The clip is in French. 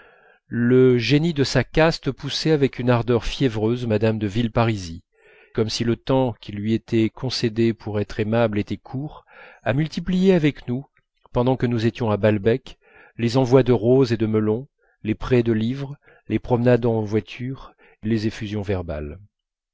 le génie de sa caste poussait avec une ardeur fiévreuse mme de villeparisis comme si le temps qui lui était concédé pour être aimable était court à multiplier avec nous pendant que nous étions à balbec les envois de roses et de melons les prêts de livres les promenades en voiture et les effusions verbales